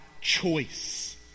choice